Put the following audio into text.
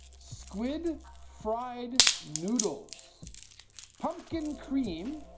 squid fried noodles pumpkin cream